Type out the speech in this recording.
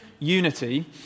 Unity